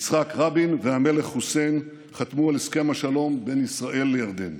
יצחק רבין והמלך חוסיין חתמו על הסכם השלום בין ישראל לירדן.